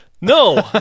No